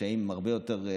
הקשיים רבים יותר.